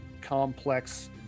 complex